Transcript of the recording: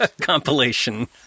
compilation